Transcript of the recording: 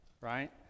right